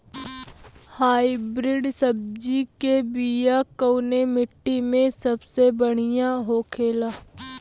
Hybrid सब्जी के बिया कवने मिट्टी में सबसे बढ़ियां होखे ला?